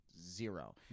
Zero